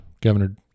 Governor